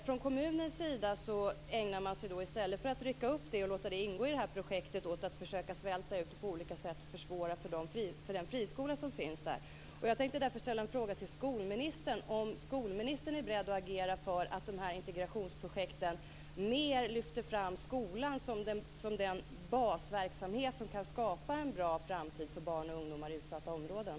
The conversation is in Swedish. Från kommunens sida ägnar man sig, i stället för åt att rycka upp skolan och låta den ingå i projektet, åt att försöka svälta ut och på olika sätt försvåra för den friskola som finns där. Jag tänkte därför fråga skolministern om hon är beredd att agera för att integrationsprojekten mer lyfter fram skolan som den basverksamhet som kan skapa en bra framtid för barn och ungdomar i utsatta områden.